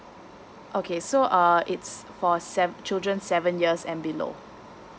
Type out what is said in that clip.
okay so uh it's for sev~ children seven years and below